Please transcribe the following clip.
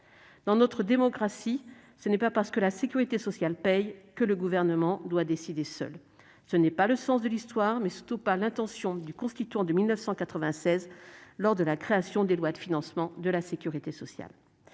Dans notre démocratie, ce n'est pas parce que la sécurité sociale paie que le Gouvernement doit décider seul ! Ce n'est pas le sens de l'histoire et, surtout, tel n'était pas l'intention du constituant de 1996 lorsqu'il a créé les lois de financement de la sécurité sociale.